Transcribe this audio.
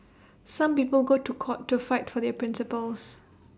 some people go to court to fight for their principles